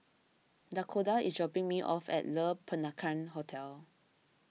Dakoda is dropping me off at Le Peranakan Hotel